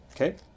okay